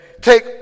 take